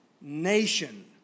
nation